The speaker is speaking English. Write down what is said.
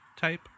type